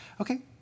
okay